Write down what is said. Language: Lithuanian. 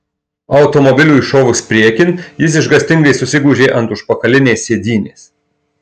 automobiliui šovus priekin jis išgąstingai susigūžė ant užpakalinės sėdynės